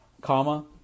comma